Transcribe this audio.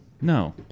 No